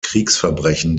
kriegsverbrechen